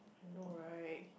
you know right